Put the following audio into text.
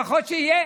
לפחות שיהיה